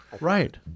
Right